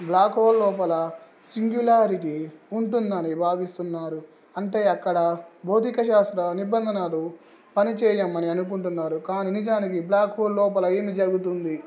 black hole లోపల singularity ఉంటుందని భావిస్తున్నారు అంటే అక్కడ భౌతిక శాస్త్ర నిబంధనలు పనిచేయవని అనుకుంటున్నారు కానీ నిజానికి బ్లాక్ హోల్ లోపల ఏమి జరుగుతుంది